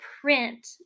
print